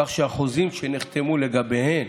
כך שהחוזים שנחתמו בין